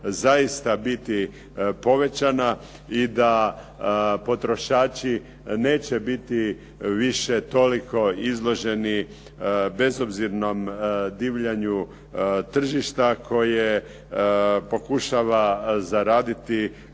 zaista biti povećana i da potrošači neće biti više toliko izloženi bezobzirnom divljanju tržišta koje pokušava zaraditi